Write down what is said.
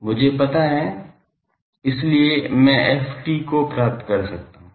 यह मुझे पता है इसलिए मैं ft को प्राप्त कर सकता हूं